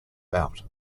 bout